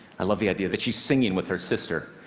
i love the idea that she's singing with her sister.